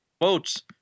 quotes